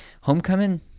Homecoming